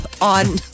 on